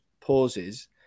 pauses